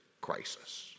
crisis